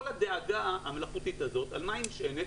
כל הדאגה המלאכותית הזאת, על מה היא נשענת?